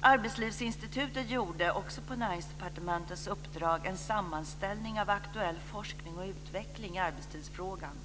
Arbetslivsinstitutet gjorde, också på Näringsdepartementets uppdrag, en sammanställning av aktuell forskning och utveckling i arbetstidsfrågan.